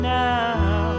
now